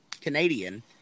Canadian